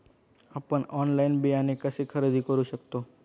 आपण ऑनलाइन बियाणे कसे खरेदी करू शकतो?